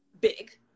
big